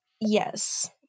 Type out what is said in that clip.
Yes